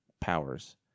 powers